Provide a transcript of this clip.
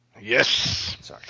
Yes